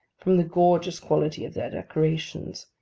from the gorgeous quality of their decorations,